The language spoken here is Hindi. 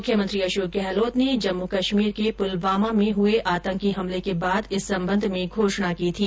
मुख्यमंत्री अशोक गहलोत ने जम्मू कश्मीर के पुलवामा में हुए आतंकी हमले के बाद इस संबंध में घोषणा की थी